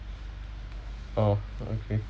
oh okay